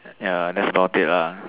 ya that's about it lah